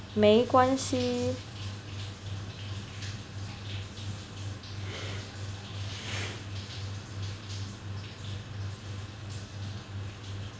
没关系